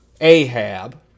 Ahab